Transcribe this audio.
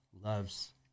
loves